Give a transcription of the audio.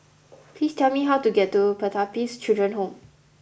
please tell me how to get to Pertapis Children Home